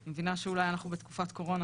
אני מבינה שאולי אנחנו בתקופת קורונה,